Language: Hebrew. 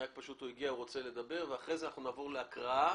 נעבור להקראה